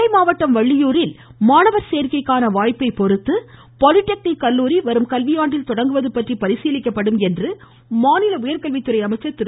நெல்லை மாவட்டம் வள்ளியூரில் மாணவர் சேர்க்கைக்கான வாய்ப்பை பொருத்து பாலிடெக்னிக் கல்லூரி வரும் கல்வியாண்டில் தொடங்குவது பற்றி பரிசீலிக்கப்படும் என்று மாநில உயர்கல்வித்துறை அமைச்சர் திரு